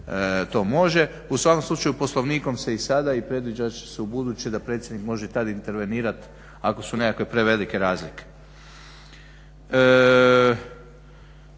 to može. U svakom slučaju Poslovnikom se i sada i predviđat će se i u buduće da predsjednik može tad intervenirat ako su nekakve prevelike razlike.